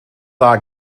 dda